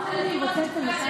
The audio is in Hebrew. אני רק אומרת,